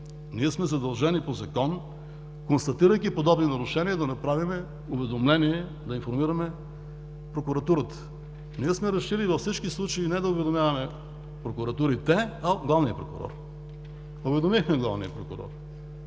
това сме задължени по Закон, констатирайки подобни нарушения, да направим уведомление, да информираме Прокуратурата. Ние сме решили във всички случаи не да уведомяваме прокуратурите, а главния прокурор. Уведомихме главния прокурор.